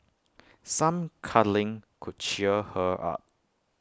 some cuddling could cheer her up